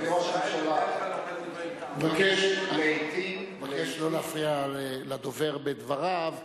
אני מבקש לא להפריע לדובר בדבריו,